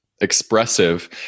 expressive